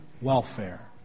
welfare